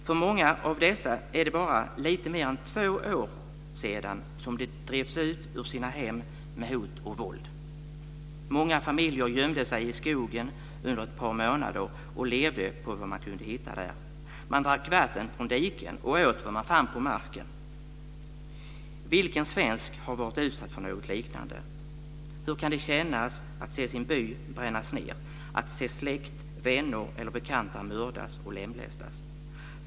För många av dessa människor är det bara lite mer än två år sedan som de drevs ut ur sina hem med hot och våld. Många familjer gömde sig i skogen under ett par månader, och levde på vad man kunde hitta där. Man drack vatten från diken och åt vad man fann på marken. Vilken svensk har varit utsatt för något liknande? Hur kan det kännas att se sin by brännas ned och att se släkt, vänner eller bekanta mördas och lemlästas?